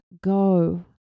go